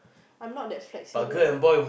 I'm not that flexible